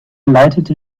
leitete